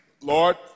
Lord